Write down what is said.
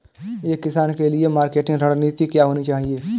एक किसान के लिए मार्केटिंग रणनीति क्या होनी चाहिए?